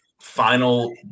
final